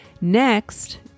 Next